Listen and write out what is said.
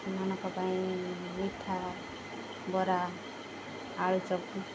ସେମାନଙ୍କ ପାଇଁ ମିଠା ବରା ଆଳୁଚପ